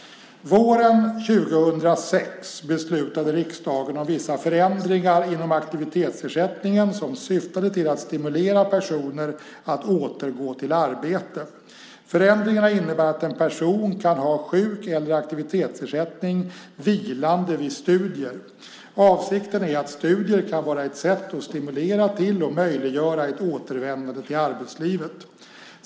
Våren 2006 beslutade riksdagen om vissa förändringar inom aktivitetsersättningen som syftade till att stimulera personer att återgå till arbete. Förändringarna innebär att en person kan ha sjuk eller aktivitetsersättning vilande vid studier. Avsikten är att studier kan vara ett sätt att stimulera till och möjliggöra ett återvändande till arbetslivet.